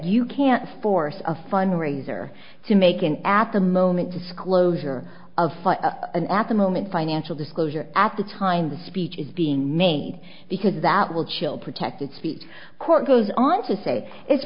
you can't force a fundraiser to make an app the moment disclosure of an at the moment financial disclosure at the time the speech is being made because that will chill protected speech court goes on to say it